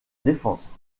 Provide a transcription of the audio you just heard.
défense